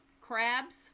Crabs